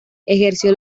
ejerció